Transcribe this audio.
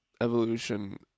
evolution